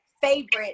favorite